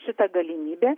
šitą galimybę